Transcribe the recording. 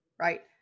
right